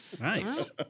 Nice